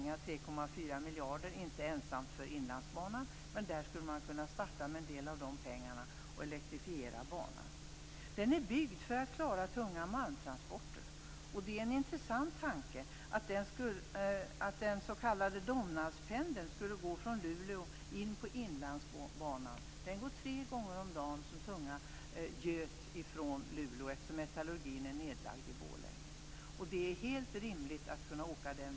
Det är 3,4 miljarder som inte enbart skall gå till Inlandsbanan, men man skulle kunna starta med en del av de pengarna och elektrifiera banan. Den är byggd för att klara tunga malmtransporter. Det är en intressant tanke att den s.k. Domnarvspendeln skulle gå från Luleå in på Inlandsbanan. Den går tre gånger om dagen från Luleå eftersom metallurgin är nedlagd i Borlänge. Det är helt rimligt att åka den vägen.